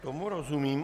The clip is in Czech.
Tomu rozumím.